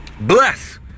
Bless